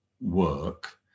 work